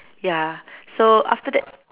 ya so after that